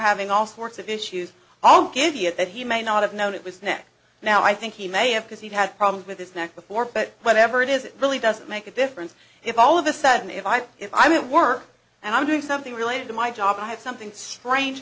having all sorts of issues all give you that he may not have known it was neck now i think he may have because he had problems with his neck before but whatever it is it really doesn't make a difference if all of a sudden if i if i'm at work and i'm doing something related to my job i have something strange